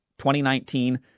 2019